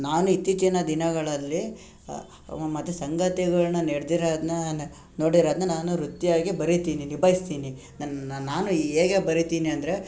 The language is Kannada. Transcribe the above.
ನಾನು ಇತ್ತೀಚಿನ ದಿನಗಳಲ್ಲಿ ಮತ್ತು ಸಂಗತಿಗಳನ್ನ ನಡೆದಿರೋದ್ನ ನ ನೋಡಿರೋದನ್ನ ನಾನು ವೃತ್ತಿಯಾಗಿ ಬರೀತೀನಿ ನಿಭಾಯಿಸ್ತೀನಿ ನನ್ನ ನಾನು ಹೇಗೆ ಬರೀತೀನಿ ಅಂದರೆ